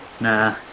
nah